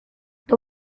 the